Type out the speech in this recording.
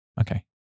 Okay